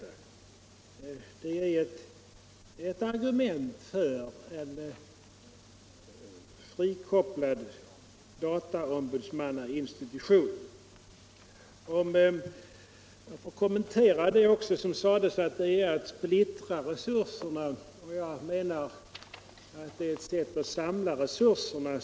Och det är ett argument för en frikopplad dataombudsmannainstitution. Jag får kanske också kommentera det som sades om dataombudsmannen, att detta skulle vara att splittra resurserna. Jag finner tvärtom att det är ett sätt att samla resurserna.